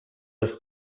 was